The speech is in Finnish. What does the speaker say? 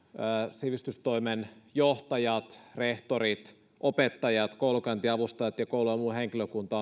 sivistystoimenjohtajat rehtorit opettajat koulunkäyntiavustajat ja koulujen muu henkilökunta